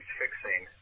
fixing